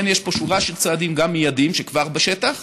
לכן, יש פה שורה של צעדים גם מיידיים שכבר בשטח,